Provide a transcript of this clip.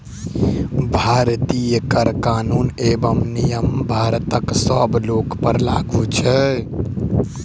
भारतीय कर कानून एवं नियम भारतक सब लोकपर लागू छै